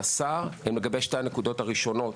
ההנחיות מהשר הן לגבי שתי הנקודות הראשונות.